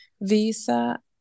Visa